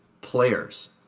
players